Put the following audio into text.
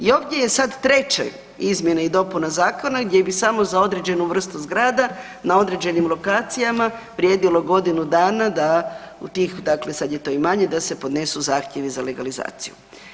I ovdje je sad 3. izmjene i dopuna zakona gdje bi samo za određenu vrstu zgrada na određenim lokacijama vrijedilo godinu dana da u tih, dakle sad je to i manje da se podnesu zahtjevi za legalizaciju.